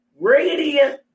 radiant